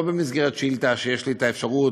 לא במסגרת שאילתה שיש לי האפשרות,